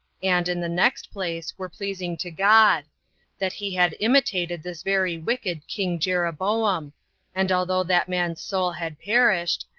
and, in the next place, were pleasing to god that he had imitated this very wicked king jeroboam and although that man's soul had perished,